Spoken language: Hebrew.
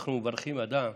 אנחנו מברכים אדם,